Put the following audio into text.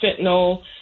fentanyl